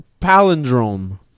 palindrome